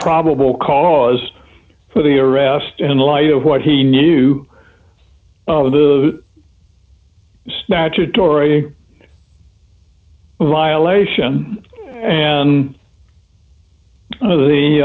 probable cause for the arrest and in light of what he knew of the statutory violation and of the